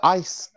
ice